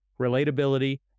relatability